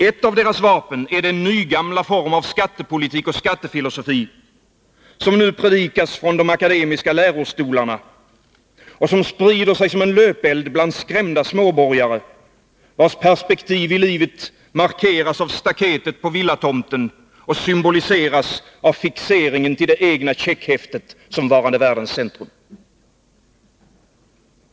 Ett av deras vapen är den nygamla form av skattepolitik och skattefilosofi som nu predikas från de akademiska lärostolarna och som sprider sig som en löpeld bland skrämda småborgare, vars perspektiv i livet markeras av staketet på villatomten och symboliseras av fixeringen till det egna checkhäftet som varande världens centrum.